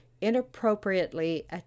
inappropriately